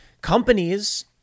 companies